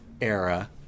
era